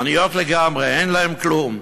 עניות לגמרי, אין להן כלום.